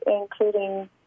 including